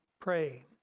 pray